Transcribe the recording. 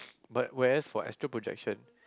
but where's for Osteo projection